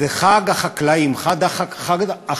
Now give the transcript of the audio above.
זה חג החקלאים, חג החקלאות: